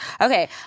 Okay